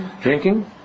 Drinking